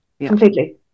completely